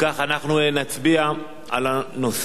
אנחנו נצביע על הנושא,